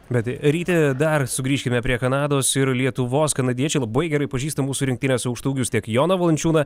bet ryti dar sugrįškime prie kanados ir lietuvos kanadiečiai labai gerai pažįsta mūsų rinktinės aukštaūgius tiek joną valančiūną